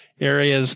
areas